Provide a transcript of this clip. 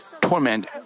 torment